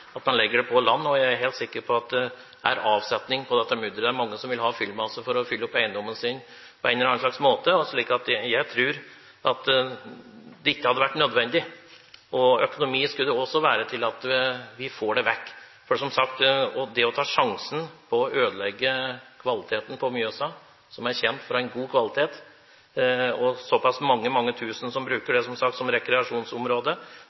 man legger det på land. Jeg er helt sikker på at det er avsetning på dette mudderet. Det er mange som vil ha fyllmasse for å fylle opp på eiendommen sin på en eller annen måte. Jeg tror at dette ikke hadde vært nødvendig, og det skulle også være økonomi til at man får det vekk. Det er å ta sjansen på å ødelegge kvaliteten på Mjøsa, som er kjent for å ha en god kvalitet. Mange, mange tusen bruker Mjøsa som